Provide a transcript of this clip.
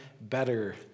better